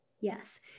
Yes